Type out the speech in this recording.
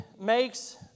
makes